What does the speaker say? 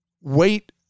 wait